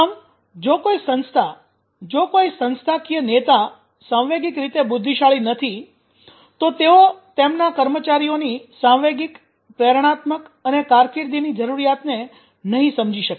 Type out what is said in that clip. આમ જો કોઈ સંસ્થા જો કોઈ સંસ્થાકીય નેતા સાંવેગિક રીતે બુદ્ધિશાળી નથી તો તેઓ તેમના કર્મચારીઓની સાંવેગિક પ્રેરણાત્મક અને કારકિર્દીની જરૂરિયાતને નહીં સમજી શકે